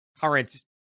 current